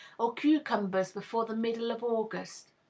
or cucumbers before the middle of august.